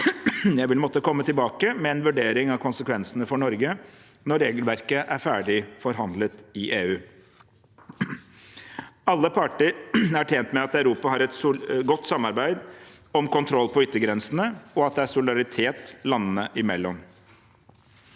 Jeg vil måtte komme tilbake med en vurdering av konsekvensene for Norge når regelverket er ferdig forhandlet i EU. Alle parter er tjent med at Europa har et godt samarbeid om kontroll på yttergrensene, og at det er solidaritet landene imellom.